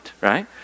right